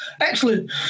Excellent